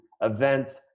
events